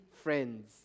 friends